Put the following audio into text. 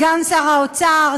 סגן שר האוצר,